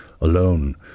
alone